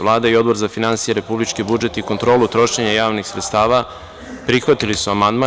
Vlada i Odbor za finansije, republički budžet i kontrolu trošenja javnih sredstava prihvatili su amandman.